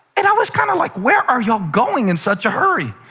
and i was kind of like, where are y'all going in such a hurry?